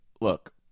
look